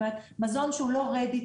זאת אומרת מזון שהוא לא מוכן לאכילה,